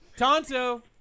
Tonto